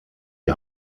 die